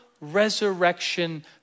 resurrection